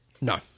No